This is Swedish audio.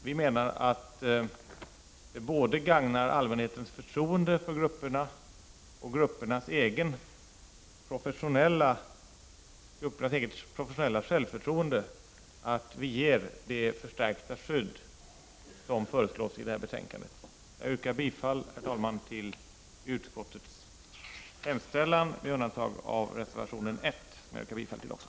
Vi menar att det gagnar både allmänhetens förtroende för grupperna och gruppernas eget professionella självförtroende, att vi ger det förstärkta skydd som föreslås i detta betänkande. Herr talman! Jag yrkar bifall till reservation 1 och i övrigt till utskottets hemställan.